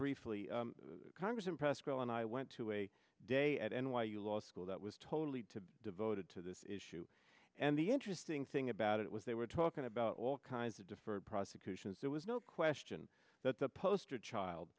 briefly congress impressed girl and i went to a day at n y u law school that was totally to be devoted to this issue and the interesting thing about it was they were talking about all kinds of different prosecutions there was no question that the poster child